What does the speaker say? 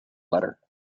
letter